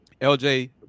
LJ